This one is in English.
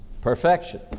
perfection